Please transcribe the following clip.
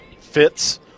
fits